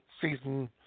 season